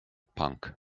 punk